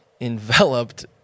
enveloped